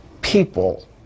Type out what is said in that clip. people